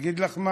אגיד לך מה,